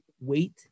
wait